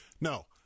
no